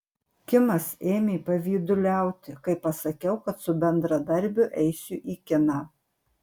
kimas ėmė pavyduliauti kai pasakiau kad su bendradarbiu eisiu į kiną